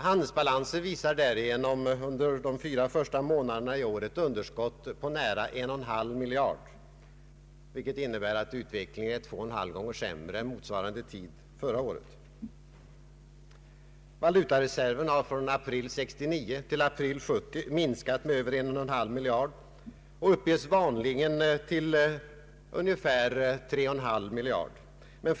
Handelsbalansen visar därigenom för de fyra första månaderna i år ett underskott på nära 1,5 miljarder vilket innebär att utvecklingen är två och en halv gånger sämre än motsvarande tid förra året. Valutareserven har från april 1969 till april 1970 minskat med över 1,5 miljarder och uppges vanligen till ungefär 3,5 miljarder kronor.